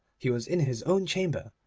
he was in his own chamber,